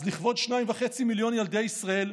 אז לכבוד 2.5 מיליון ילדי ישראל,